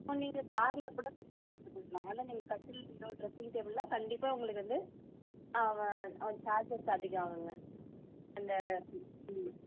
நீங்கள் காரில் கூட அப்படியே கீழே வச்சிட்டு போயிரலாம் அதனால நீங்கள் கட்டில் பீரோ ட்ரெஸ்ஸிங் டேபிள் எல்லாம் கண்டிப்பாக உங்களுக்கு வந்து வ ஆ சார்ஜஸ் அதிகம் ஆகுங்க அந்த ம்